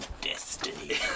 destiny